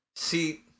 See